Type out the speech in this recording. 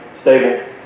stable